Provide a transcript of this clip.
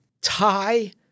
tie